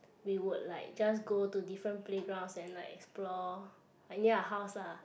we would like just go to different playgrounds then like explore like near our house lah